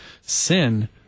sin